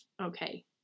Okay